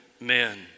men